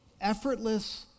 effortless